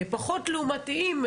פחות לעומתיים,